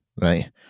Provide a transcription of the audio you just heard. Right